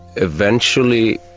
eventually,